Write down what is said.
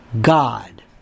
God